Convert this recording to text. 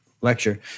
lecture